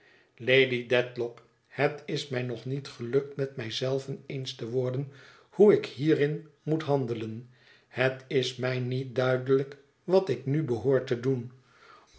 lady dedlock het is mij nog niet gelukt met mij zelven eens te worden hoe ik hierin moet handelen het is mij niet duidelijk wat ik nu behoor te doen